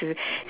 to